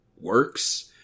works